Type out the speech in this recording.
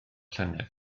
llynedd